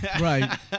right